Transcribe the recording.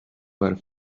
were